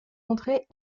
entrées